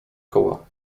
koła